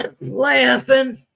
laughing